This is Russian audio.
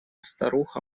старуха